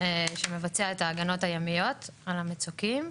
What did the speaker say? שמבצע את ההגנות הימיות על המצוקים.